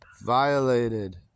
Violated